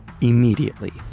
immediately